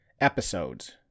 episodes